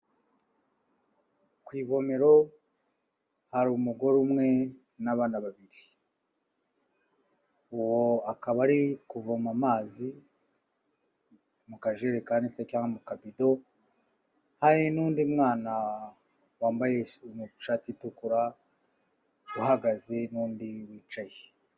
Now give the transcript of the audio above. Ku ivomero hari umugore umwe n'abana babiri, uwo akaba ari kuvoma amazi mu kajerekan se cyangwa mu kabido hari n'undi mwana wambaye ishati itukura uhagaze n'undi wicaye.